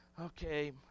okay